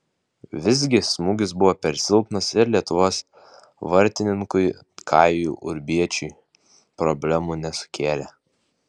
visgi smūgis buvo per silpnas ir lietuvos vartininkui kajui urbiečiui problemų nesukėlė